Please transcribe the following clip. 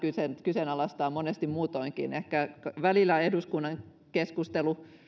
kyseenalaistaa monesti muutoinkin ehkä välillä eduskunnan keskustelu